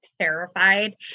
terrified